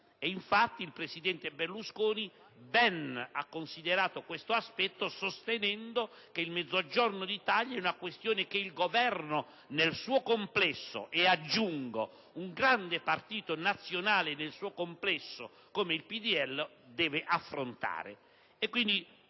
Infatti, il presidente Berlusconi ben ha considerato questo aspetto sostenendo che il Mezzogiorno d'Italia è una questione che il Governo nel suo complesso - e, aggiungo, un grande partito nazionale nel suo complesso come il PdL - deve affrontare.